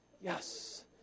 Yes